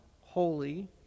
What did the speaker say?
holy